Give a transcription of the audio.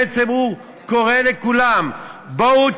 בעצם הוא קורא לכולם: בואו,